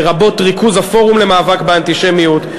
לרבות ריכוז הפורום למאבק באנטישמיות,